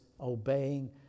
obeying